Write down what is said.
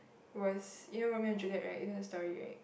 was you know Romeo and Juliet right you know the story right